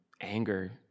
anger